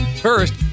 First